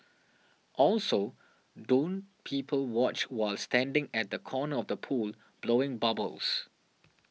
also don't people watch while standing at the corner of the pool blowing bubbles